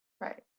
Right